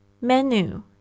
Menu